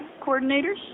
Coordinators